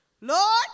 Lord